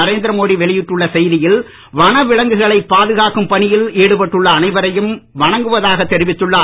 நரேந்திர மோடி வெளியிட்டுள்ள செய்தியில் வன விலங்குகளை பாதுகாக்கும் பணியில் ஈடுபட்டுள்ள அனைவரையும் வணங்குவதாக தெரிவித்துள்ளார்